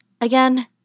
again